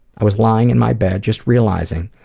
i was lying in my bed, just realizing,